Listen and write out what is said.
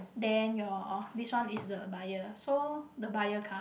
then your this one is the buyer so the buyer come